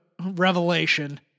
Revelation